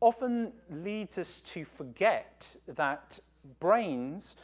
often leads us to forget that brains